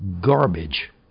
garbage